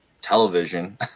television